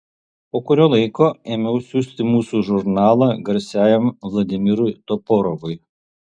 po kurio laiko ėmiau siųsti mūsų žurnalą garsiajam vladimirui toporovui